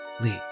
Lee